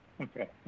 Okay